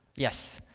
yes,